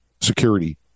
security